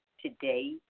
today